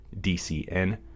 DCN